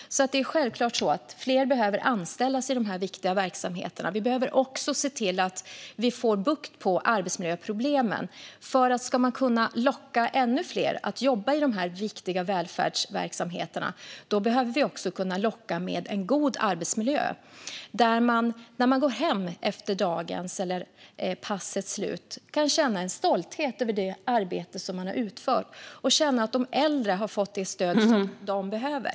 Det är självklart så att fler behöver anställas i dessa viktiga verksamheter. Vi behöver också se till att vi får bukt med arbetsmiljöproblemen. Ska man kunna locka ännu fler att jobba i dessa viktiga välfärdsverksamheter behöver vi också kunna locka med en god arbetsmiljö. Det handlar om att man när man går hem efter passets slut på dagen kan känna en stolthet över det arbete som man har utfört. Det gäller att man kan känna att de äldre har fått det stöd som de behöver.